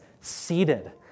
seated